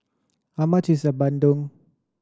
how much is the bandung